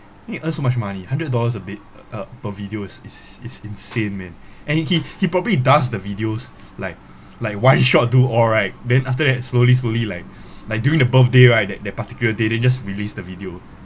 you earn so much money hundred dollars a bit uh per videos is is insane man and he he probably does the videos like like one shot do all right then after that slowly slowly like like during the birthday right that that particular day then just release the video